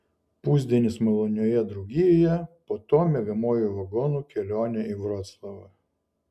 pusdienis malonioje draugijoje po to miegamuoju vagonu kelionė į vroclavą